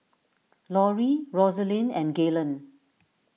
Lauri Roselyn and Galen